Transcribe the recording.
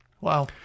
Wow